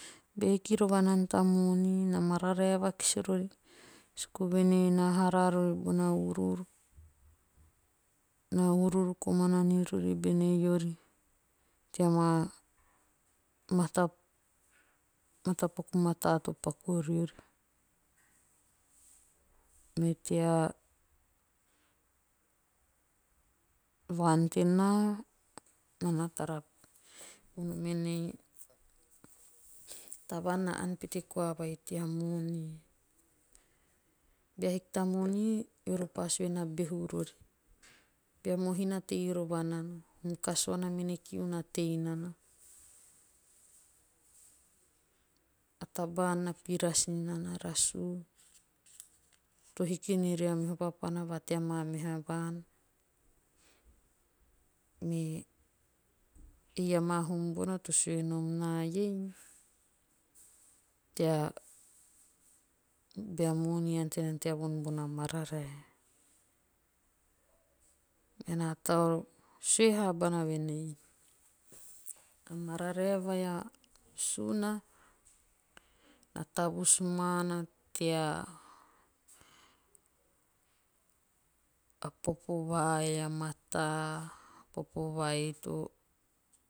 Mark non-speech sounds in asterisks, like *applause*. Be hiki rova nana ta moni. na mararae vakisi rori suku vuen ei na haraa rori bona uruuru. na uruuru komana rori bene eori tea maa mata. matapaku mataa to paku riori. Me tea vaan tenaa. naa na tara vonom enei. tavaan na ann pete koa vai tea moni. Bea haiku ta moni eori pa sue voen na behu rori. bea mohina tei rova nana. hum kasuana mene kiu na tei nana. a taba ann na piras ninana rasu. to hiki ni ria meha papana va tea maa meha vaan. Me. amaa hum bona to sue nom na iei. tea *unintelligible* bea moni ante nana tea von bona mararae. Menaa tau sue vahaabana voenei. a mararae vai a suuna. na tavus maana tea a popo vai a mataa. a popo vai to